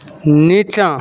नीचाँ